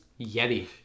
Yeti